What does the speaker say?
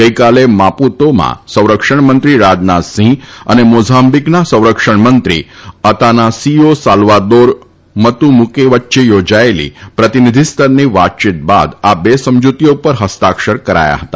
ગઇકાલે માપૂતોમાં સંરક્ષણમંત્રી રાજનાથસિંહ અને મોઝાંબીકના સંરક્ષણમંત્રી અતાનાસીઓ સાલ્વાદોર મતુમુકે વચ્ચે ચોજાયેલી પ્રતિનીધીસ્તરની વાતયીત બાદ આ બે સમજુતીઓ ઉપર હસ્તાક્ષર કરાયા હતા